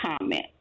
comment